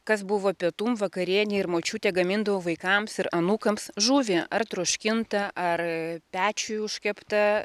kas buvo pietum vakarienei ir močiutė gamindavo vaikams ir anūkams žuvį ar troškintą ar pečiuj užkeptą